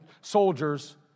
soldiers